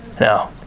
No